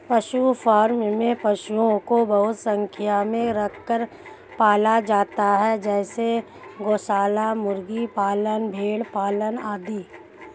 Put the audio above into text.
पशु फॉर्म में पशुओं को बहुत संख्या में रखकर पाला जाता है जैसे गौशाला, मुर्गी पालन, भेड़ पालन आदि